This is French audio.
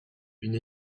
une